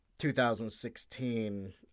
2016